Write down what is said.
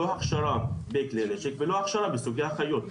לא הכשרה בכלי נשק ולא הכשרה בסוגי החיות.